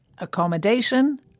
accommodation